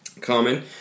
Common